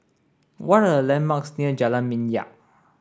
what are the landmarks near Jalan Minyak